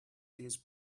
this